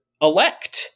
elect